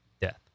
death